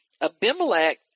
Abimelech